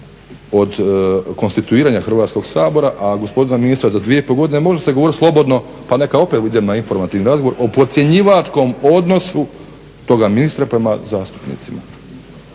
od konstituiranja Hrvatskog sabora, a gospodina ministra za 2,5 godine može se govoriti slobodno pa neka opet idem na informativni razgovor o podcjenjivačkom odnosu toga ministra prema zastupnicima,